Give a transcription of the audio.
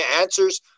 answers